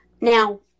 Now